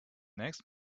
next